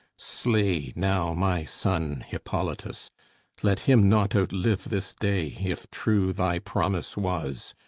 slay now my son, hippolytus let him not outlive this day, if true thy promise was!